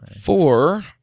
Four